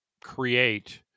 create